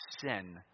sin